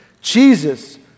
Jesus